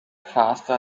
faster